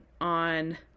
on